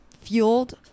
fueled